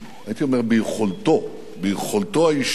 הייתי אומר ביכולתו, ביכולתו האישית,